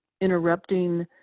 interrupting